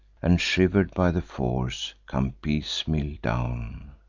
and, shiver'd by the force, come piecemeal down.